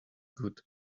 good